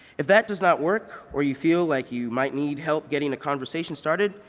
if that does not work or you feel like you might need help getting the conversation started,